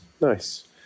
Nice